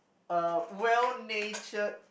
uh well natured